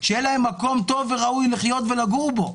שיהיה להם מקום טוב וראוי לחיות ולגור בו.